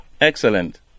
Excellent